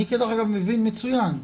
אני מבין מצוין.